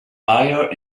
fire